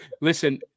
listen